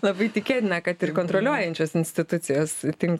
labai tikėtina kad ir kontroliuojančios institucijos tink